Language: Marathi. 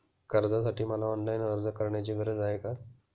कर्जासाठी मला ऑनलाईन अर्ज करण्याची गरज आहे का?